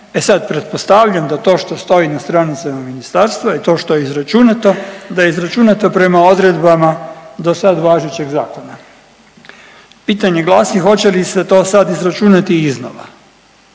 E sad, pretpostavljam da to što stoji na stranicama ministarstva i to što je izračunato da je izračunato prema odredbama do sad važećeg zakona. Pitanje glasi hoće li se to sad izračunati iznova,